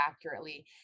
accurately